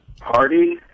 party